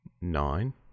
Nine